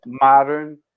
modern